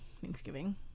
Thanksgiving